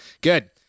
good